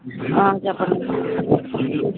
చెప్పండి మేడం